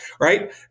right